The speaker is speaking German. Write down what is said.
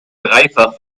dreifach